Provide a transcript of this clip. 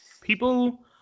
People